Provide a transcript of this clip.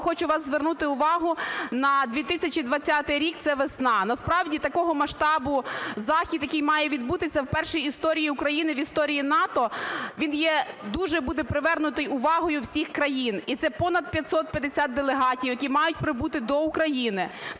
хочу вас звернути увагу на 2020 рік, це весна. Насправді, такого масштабу захід, який має відбутися вперше в історії України, в історії НАТО, він є, дуже буде привернутий увагою всіх країн. І це понад 550 делегатів, які мають прибути до України.